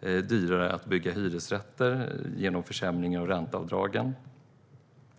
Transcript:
Man gör det dyrare att bygga hyresrätter genom försämringar av ränteavdragen,